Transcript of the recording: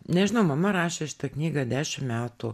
nežinau mama rašė šitą knygą dešim metų